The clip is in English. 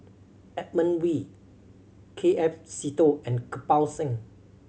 Edmund Wee K F Seetoh and Kirpal Singh